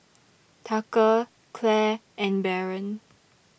Tucker Clair and Baron